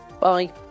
bye